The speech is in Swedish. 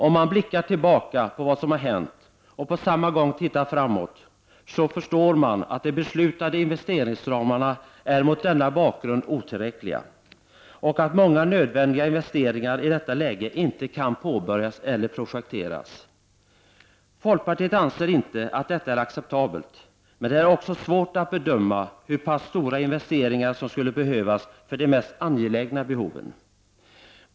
Om man blickar tillbaka på vad som har hänt och på samma gång tittar framåt förstår man att de beslutade investeringsramarna mot denna bakgrund är otillräckliga och att många nödvändiga investeringar i detta läge inte kan påbörjas eller projekteras. Folkpartiet anser inte att detta är acceptabelt, men det är också svårt att bedöma hur pass stora investeringar som skulle behövas för de mest angelägna behoven.